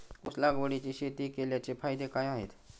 ऊस लागवडीची शेती केल्याचे फायदे काय आहेत?